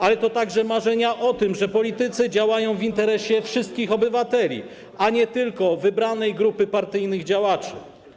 Ale także marzenia o tym, że politycy działają w interesie wszystkich obywateli, a nie tylko wybranej grupy partyjnych działaczy.